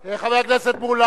לא כל חברי ועדת הכנסת השתתפו,